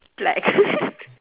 black